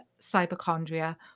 cyberchondria